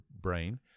brain